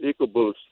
EcoBoost